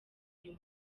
uyu